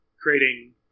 creating